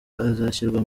azashyirwa